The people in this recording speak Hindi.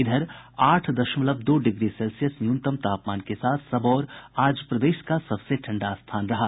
इधर आठ दशमलव दो डिग्री सेल्सियस न्यूनतम तापमान के साथ सबौर आज प्रदेश का सबसे ठंडा स्थान रहा